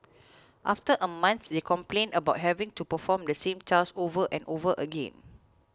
after a month they complained about having to perform the same task over and over again